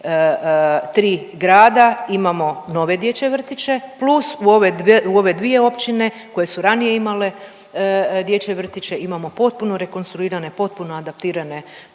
i 3 grada, imamo nove dječje vrtiće + u ove dvije općine koje su ranije imale dječje vrtiće imamo potpuno rekonstruirane i potpuno adaptirane